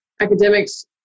academics